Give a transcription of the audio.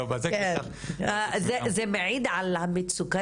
זה מראה על המצוקה